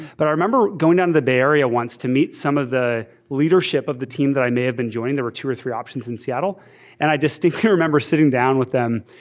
but i remember going down to the bay area once to meet some of the leadership of the team that i may have been joined. there were two or three options in seattle and i distinctly remember sitting down with them.